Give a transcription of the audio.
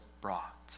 brought